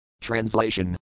Translation